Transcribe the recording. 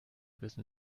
wissen